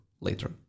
later